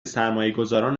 سرمایهگذاران